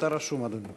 אתה רשום, אדוני.